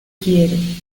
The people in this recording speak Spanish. quiero